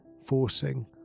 forcing